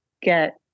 get